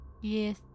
Yes